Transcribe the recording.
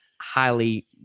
highly